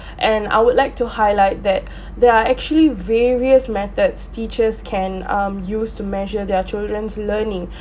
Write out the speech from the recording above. and I would like to highlight that there are actually various methods teachers can um used to measure their children's learning